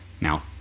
now